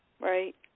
Right